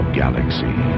galaxy